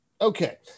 Okay